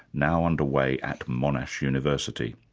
now under way at monash university.